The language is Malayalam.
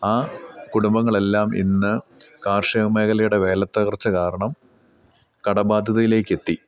ആ കുടുംബങ്ങളെല്ലാം ഇന്ന് കാർഷിക മേഖലയുടെ വിലത്തകർച്ച കാരണം കടബാധ്യതയിലേക്ക് എത്തി